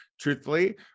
truthfully